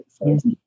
Yes